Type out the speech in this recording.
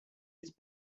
his